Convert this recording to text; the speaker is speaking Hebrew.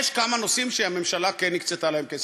יש כמה נושאים שהממשלה כן הקצתה להם כסף,